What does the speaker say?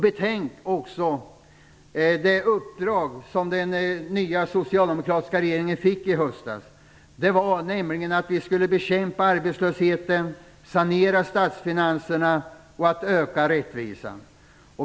Betänk också det uppdrag som den nya socialdemokratiska regeringen fick i höstas, nämligen att bekämpa arbetslösheten, sanera statsfinanserna och öka rättvisan.